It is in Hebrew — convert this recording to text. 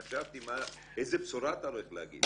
חשבתי, איזה בשורה אתה הולך להגיד.